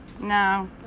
No